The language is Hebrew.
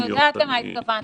אני יודעת למה התכוונת,